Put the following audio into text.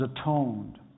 atoned